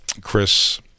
Chris